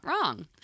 wrong